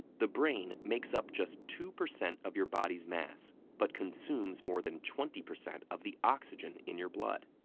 the brain makes up just two percent of your body's mass but consumes more than twenty percent of the oxygen in your blood.